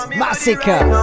massacre